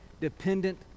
dependent